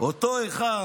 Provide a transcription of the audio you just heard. אני מניח שאותו אחד,